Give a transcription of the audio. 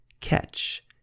catch